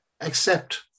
accept